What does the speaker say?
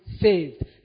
saved